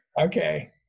Okay